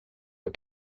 add